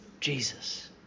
Jesus